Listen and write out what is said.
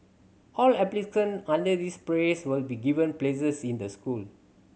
all applicant under this phase will be given places in the school